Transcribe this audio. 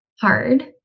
hard